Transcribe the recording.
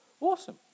awesome